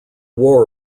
war